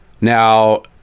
now